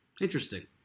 interesting